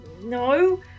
No